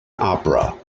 opera